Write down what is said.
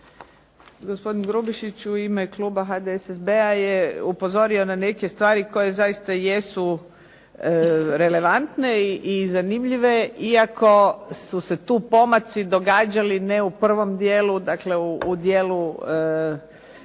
Gospodin Grubišić u ime kluba HDSSB je upozorio na neke stvari koje zaista jesu relevantne i zanimljive iako su se tu pomaci događali ne u provom dijelu 2009. nego u